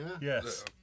Yes